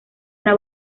una